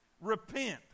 Repent